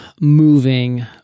moving